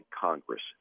Congress